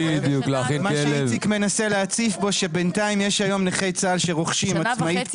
מה שאיציק מנסה להציף פה זה שבינתיים יש היום נכי צה"ל שרוכשים עצמאית